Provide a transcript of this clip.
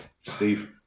Steve